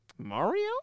Mario